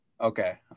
Okay